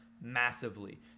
massively